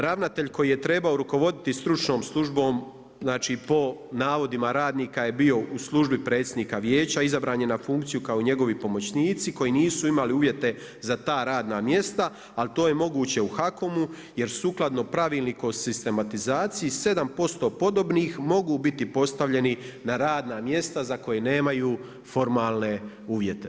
Ravnatelj koji je trebao rukovoditi stručnom službom, znači po navodima radnika je bio u službi predsjednika Vijeća, izabran je na funkciju kao njegovi pomoćnici koji nisu imali uvjete za ta radna mjesta ali to je moguće u HAKOM-u jer sukladno pravilniku o sistematizaciji 7% podobnih mogu biti postavljeni na radna mjesta za koje nemaju formalne uvjete.